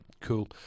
cool